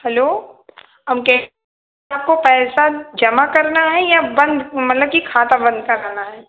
hello हम आपको पैसा जमा करना है या बन्द मतलब कि खाता बन्द कराना है